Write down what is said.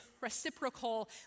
reciprocal